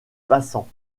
passants